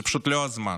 זה פשוט לא הזמן.